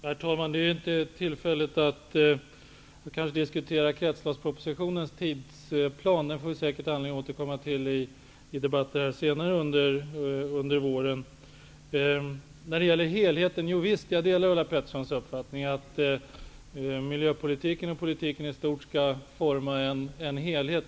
Herr talman! Detta är inte tillfället att diskutera kretsloppspropositionens tidsplan. Den finns det säkert anledning att återkomma till i debatter senare under våren. När det gäller helheten delar jag Ulla Petterssons uppfattning att miljöpolitiken och politiken i stort skall forma en helhet.